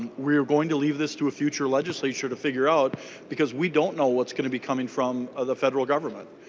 and we are going to leave this to a future legislator to figure out because we don't know it's going to be coming from ah the federal government.